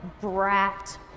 brat